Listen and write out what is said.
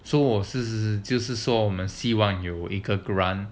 so 我是不是就是说希望有一个 grant